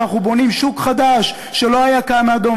אנחנו בונים שוק חדש שלא היה קיים עד היום